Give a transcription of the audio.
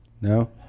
No